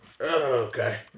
okay